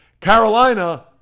Carolina